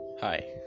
Hi